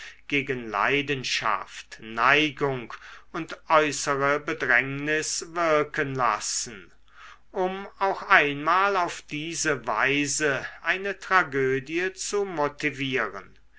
gegen leidenschaft neigung und äußere bedrängnis wirken lassen um auch einmal auf diese weise eine tragödie zu motivieren